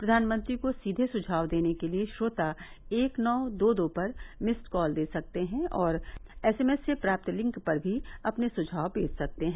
प्रधानमंत्री को सीघे सुझाव देने के लिए श्रोता एक नौ दो दो पर मिस्ड कॉल दे सकते हैं और एसएमएस से प्राप्त लिंक पर भी अपने सुझाव भेज सकते हैं